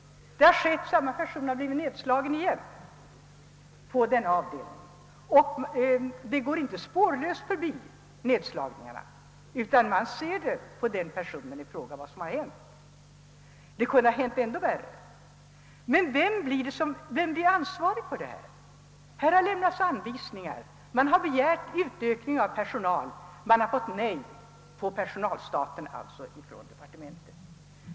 Under tiden har det inträffat att samma person igen har blivit nedslagen på denna avdelning. Dessa nedslagningar har inte gått spårlöst förbi utan man ser på ifrågavarande person vad som har hänt. Det kunde ha hänt någonting ändå värre. Vem blir ansvarig för sådant? Här har lämnats anvisningar. Man har begärt utökning av personalen men av departementet fått avslag på denna framställning om utökning av personalstaten.